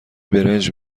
برنج